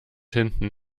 hinten